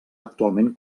actualment